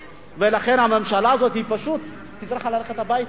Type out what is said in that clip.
לכן, הממשלה הזאת פשוט צריכה ללכת הביתה,